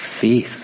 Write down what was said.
faith